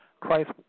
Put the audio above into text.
Christ